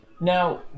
Now